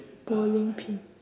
bowling pin